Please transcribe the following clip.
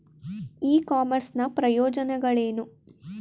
E commerce ನ ಪ್ರಯೋಜನಗಳೇನು?